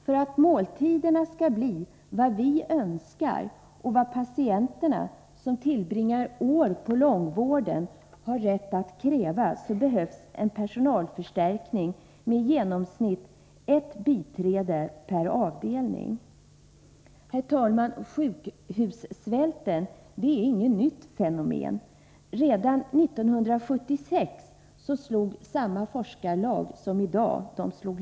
För att måltiderna skall bli vad vi önskar och vad patienterna, som tillbringar år på långvården, har rätt att kräva behövs en förstärkning på personalsidan med i genomsnitt ett biträde per avdelning. Herr talman! Sjukhussvälten är inte något nytt fenomen. Redan 1976 slog samma forskarlag som i dag arbetar larm.